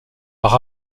par